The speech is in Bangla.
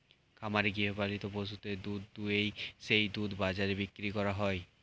খামারে গৃহপালিত পশুদের দুধ দুইয়ে সেই দুধ বাজারে বিক্রি করা হয়